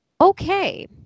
okay